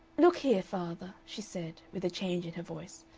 look here, father, she said, with a change in her voice,